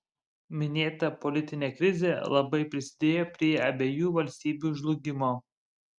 minėta politinė krizė labai prisidėjo prie abiejų valstybių žlugimo